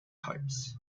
types